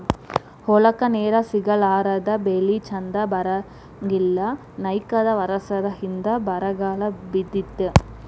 ಹೊಲಕ್ಕ ನೇರ ಸಿಗಲಾರದ ಬೆಳಿ ಚಂದ ಬರಂಗಿಲ್ಲಾ ನಾಕೈದ ವರಸದ ಹಿಂದ ಬರಗಾಲ ಬಿದ್ದಿತ್ತ